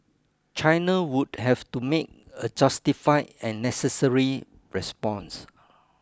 China would have to make a justified and necessary response